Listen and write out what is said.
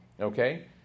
okay